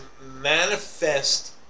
manifest